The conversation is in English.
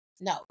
No